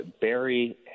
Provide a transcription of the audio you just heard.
Barry